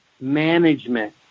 management